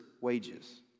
wages